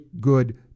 good